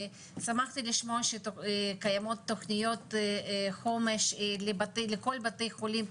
שמחתי לשמוע שקיימות תוכניות חומש לכל בתי חולים,